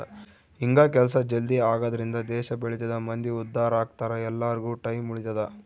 ಹಿಂಗ ಕೆಲ್ಸ ಜಲ್ದೀ ಆಗದ್ರಿಂದ ದೇಶ ಬೆಳಿತದ ಮಂದಿ ಉದ್ದಾರ ಅಗ್ತರ ಎಲ್ಲಾರ್ಗು ಟೈಮ್ ಉಳಿತದ